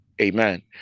amen